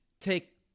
take